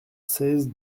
seize